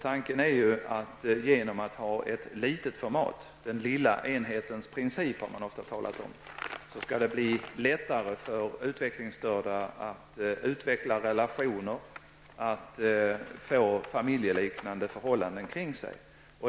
Tanken är ju att det genom ett litet format -- den lilla enhetens princip har man ofta talat om -- skall bli lättare för de utvecklingsstörda att utveckla relationer och att få familjeliknande förhållanden omkring sig.